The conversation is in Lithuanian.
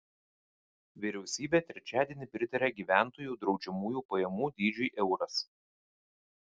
vyriausybė trečiadienį pritarė gyventojų draudžiamųjų pajamų dydžiui euras